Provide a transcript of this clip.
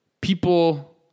people